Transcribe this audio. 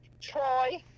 troy